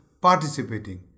participating